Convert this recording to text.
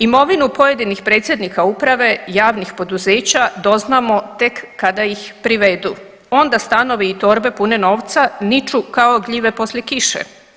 Imovinu pojedinih predsjednika uprave javnih poduzeća doznamo tek kada ih privedu, onda stanovi i torbe pune novca niču kao gljive poslije kiše.